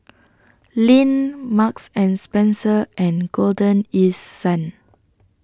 Lindt Marks and Spencer and Golden East Sun